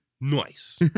Nice